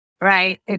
right